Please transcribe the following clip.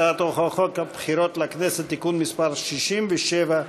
הצעת חוק הבחירות לכנסת (תיקון מס' 67)